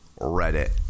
Reddit